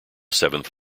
seventh